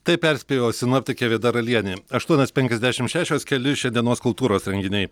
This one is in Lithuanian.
taip perspėjo sinoptikė vida ralienė aštuonios penkiasdešimt šešios keli šiandienos kultūros renginiai